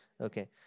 Okay